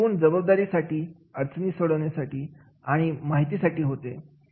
हे गुण जबाबदारीसाठी अडचणी सोडवण्यासाठी आणि माहितीसाठी होते